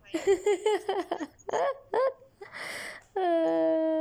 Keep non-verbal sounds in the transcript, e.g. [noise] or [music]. [laughs]